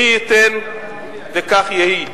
מי ייתן וכך יהי.